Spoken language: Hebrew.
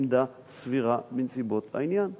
עמדה סבירה בנסיבות העניין.